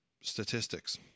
statistics